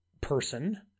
person